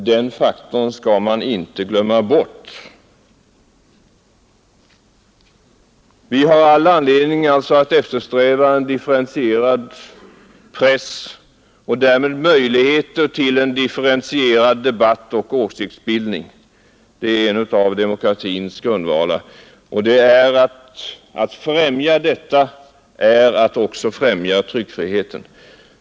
Den faktorn skall man inte glömma bort. Vi har all anledning att eftersträva en differentierad press och därmed möjligheter till en differentierad debatt och åsiktsbildning. Det är en av demokratins grundvalar. Att främja de syftena är också att främja tryckfriheten.